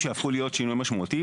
זה יכול להיות מידע שמגיע